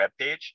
webpage